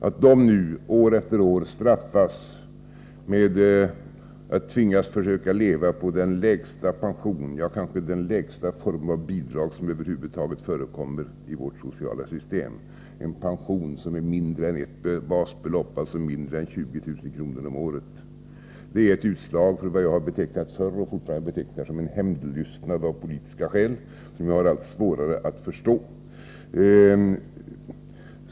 Att de nu år efter år straffas med att tvingas försöka leva på den lägsta pension, kanske det lägsta bidrag som över huvud taget förekommer i vårt sociala system — en pension som är mindre än ett basbelopp, dvs. mindre än 20 000 kr. om året — det är ett utslag av vad jag betecknar som hämndlystnad av politiska skäl, som jag har allt svårare att förstå.